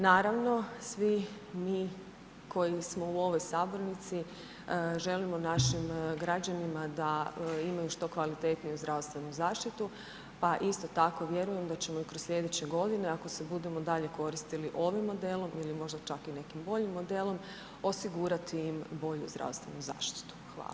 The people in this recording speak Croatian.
Naravno, svi mi koji smo u ovoj sabornici želimo našim građanima da imaju što kvalitetniju zdravstvenu zaštitu, pa isto tako vjerujem da ćemo i kroz slijedeće godine ako se budemo dalje koristili ovim modelom ili možda čak i nekim boljim modelom, osigurati im bolju zdravstvenu zaštitu.